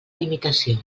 limitació